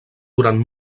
durant